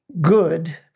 good